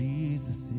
Jesus